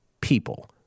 people